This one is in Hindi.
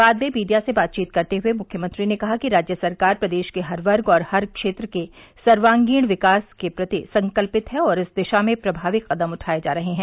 बाद में मीडिया से बातचीत करते हुए मुख्यमंत्री ने कहा कि राज्य सरकार प्रदेश के हर वर्ग और हर क्षेत्र के सर्वागीण विकास के प्रति संकल्यित है और इस दिशा में प्रभावी कृदम उठाये जा रहे हैं